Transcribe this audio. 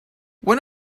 when